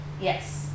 Yes